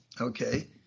okay